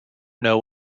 know